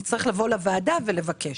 נצטרך לבוא לוועדה ולבקש.